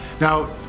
Now